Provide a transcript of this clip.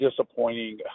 disappointing